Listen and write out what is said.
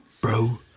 bro